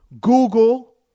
Google